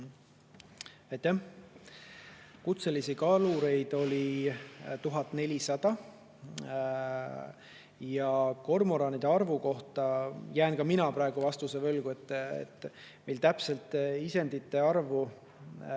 Kutselisi kalureid on 1400. Kormoranide arvu kohta jään ma praegu vastuse võlgu. Meil täpset isendite arvu